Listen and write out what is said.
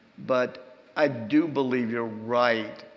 but i do believe you're right,